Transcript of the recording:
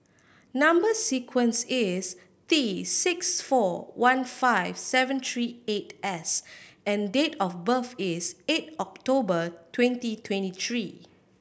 number sequence is T six four one five seven three eight S and date of birth is eight October twenty twenty three